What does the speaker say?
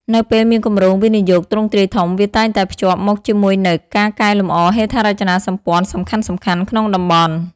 នៅពេលមានគម្រោងវិនិយោគទ្រង់ទ្រាយធំ វាតែងតែភ្ជាប់មកជាមួយនូវ ការកែលម្អហេដ្ឋារចនាសម្ព័ន្ធសំខាន់ៗ ក្នុងតំបន់។